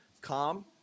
Calm